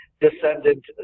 descendant